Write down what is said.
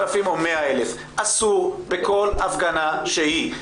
10,000 או 100,000. אסור בכל הפגנה שהיא,